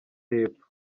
y’epfo